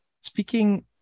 speaking